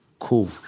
Cool